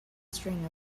string